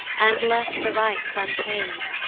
and left the rights unpaid.